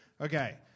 Okay